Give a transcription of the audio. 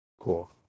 Cool